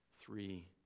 three